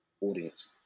audience